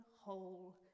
whole